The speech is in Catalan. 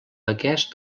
aquest